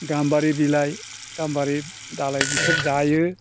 गाम्बारि बिलाइ गाम्बारि दालाइ बिसोर जायो